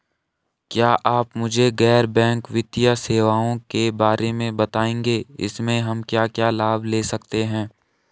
क्या आप मुझे गैर बैंक वित्तीय सेवाओं के बारे में बताएँगे इसमें हम क्या क्या लाभ ले सकते हैं?